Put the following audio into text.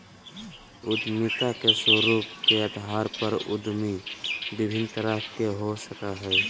उद्यमिता के स्वरूप के अधार पर उद्यमी विभिन्न तरह के हो सकय हइ